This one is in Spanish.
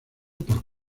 por